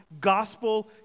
Gospel